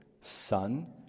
Son